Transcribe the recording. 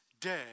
day